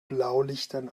blaulichtern